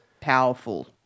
powerful